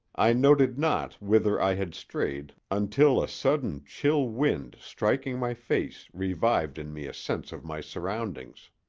i noted not whither i had strayed until a sudden chill wind striking my face revived in me a sense of my surroundings.